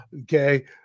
Okay